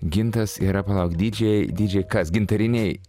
gintas yra palauk dydžiai dydžiai kas gintariniai